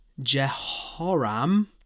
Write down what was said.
Jehoram